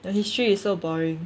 the history is so boring